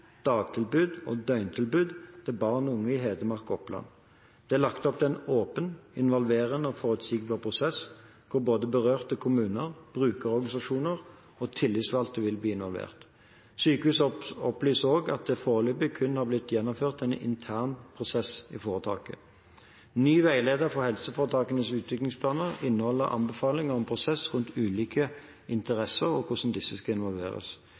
dagtilbud og døgntilbud til barn og unge i Hedmark og Oppland. Det er lagt opp til en åpen, involverende og forutsigbar prosess, hvor både berørte kommuner, brukerorganisasjoner og tillitsvalgte vil bli involvert. Sykehuset opplyser også at det foreløpig kun har blitt gjennomført en intern prosess i foretaket. Ny veileder for helseforetakenes utviklingsplaner inneholder anbefalinger om prosess rundt ulike interesser og hvordan disse skal involveres.